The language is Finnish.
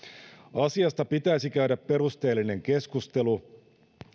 asiasta pitäisi käydä perusteellinen keskustelu